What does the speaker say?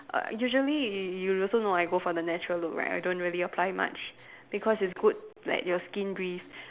err usually y~ you also know I go for the natural look right I don't really apply much because it's good let your skin breathe